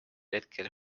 hetkel